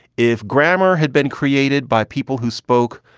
if grammar had been created by people who spoke,